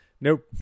Nope